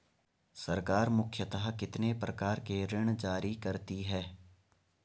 सरकार मुख्यतः कितने प्रकार के ऋण जारी करती हैं?